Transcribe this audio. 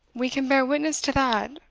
we can bear witness to that,